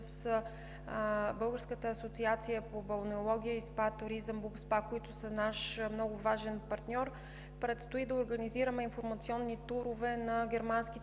Българската асоциация по балнеология и спа туризъм – БУЛСПА, които са наш много важен партньор, предстои да организираме информационни турове на германските